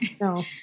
No